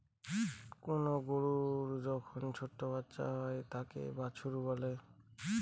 কোনো গরুর যখন ছোটো বাচ্চা হয় তাকে বাছুর বলে